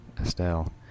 Estelle